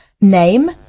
name